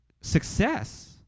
success